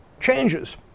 changes